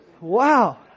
wow